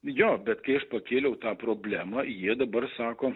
jo bet kai aš pakėliau tą problemą jie dabar sako